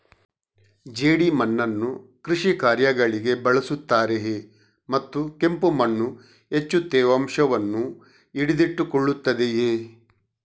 ಜೇಡಿಮಣ್ಣನ್ನು ಕೃಷಿ ಕಾರ್ಯಗಳಿಗೆ ಬಳಸುತ್ತಾರೆಯೇ ಮತ್ತು ಕೆಂಪು ಮಣ್ಣು ಹೆಚ್ಚು ತೇವಾಂಶವನ್ನು ಹಿಡಿದಿಟ್ಟುಕೊಳ್ಳುತ್ತದೆಯೇ?